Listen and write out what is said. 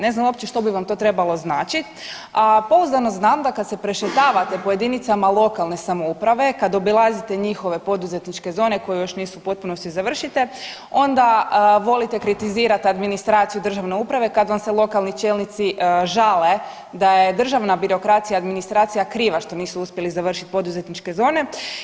Ne znam uopće što bi vam to trebalo značit, a pouzdano znam da kad se prešetavate po JLS, kad obilazite njihove poduzetničke zone koje još nisu u potpunosti završite onda volite kritizirat administraciju državne uprave kad vam se lokalni čelnici žale da je državna birokracija i administracija kriva što nisu uspjeli završit poduzetničke zone.